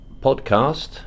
podcast